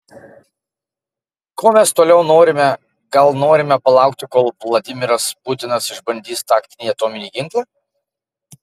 ko mes toliau norime gal norime palaukti kol vladimiras putinas išbandys taktinį atominį ginklą